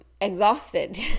exhausted